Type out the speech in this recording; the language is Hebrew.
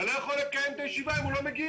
אתה לא יכול לקיים את הישיבה אם הוא לא מגיע